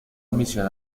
admisión